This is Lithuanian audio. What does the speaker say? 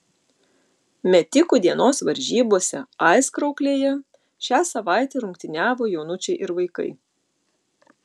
metikų dienos varžybose aizkrauklėje šią savaitę rungtyniavo jaunučiai ir vaikai